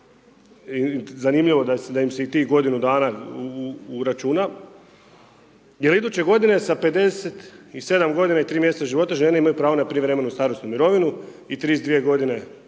zanimljivo da im se i tih godinu dana uračuna jer iduće godine sa 57 g. i 3 mj. života, žene imaju pravo na prijevremenu starosnu mirovinu sa 32 g. i